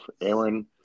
Aaron